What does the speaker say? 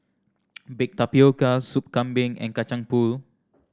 baked tapioca Soup Kambing and Kacang Pool